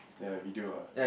the video ah